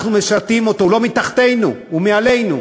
אנחנו משרתים אותו, הוא לא מתחתנו, הוא מעלינו.